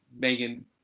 Megan